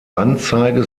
anzeige